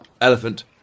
elephant